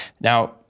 Now